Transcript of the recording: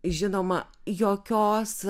žinoma jokios